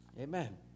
Amen